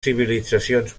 civilitzacions